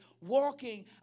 walking